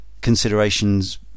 considerations